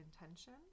intention